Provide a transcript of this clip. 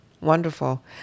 Wonderful